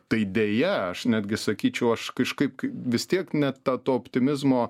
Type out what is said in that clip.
tai deja aš netgi sakyčiau aš kažkaip vis tiek ne ta to optimizmo